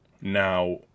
Now